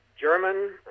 German